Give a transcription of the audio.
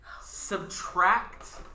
Subtract